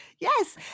Yes